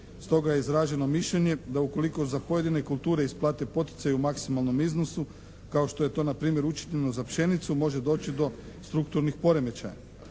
Stoga je izraženo mišljenje da ukoliko za pojedine kulture isplate poticaj u maksimalnom iznosu kao što je to npr. učinjeno za pšenicu može doći do strukturnih poremećaja.